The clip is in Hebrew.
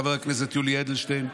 חבר הכנסת יולי אדלשטיין,